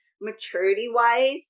maturity-wise